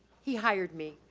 he hired me.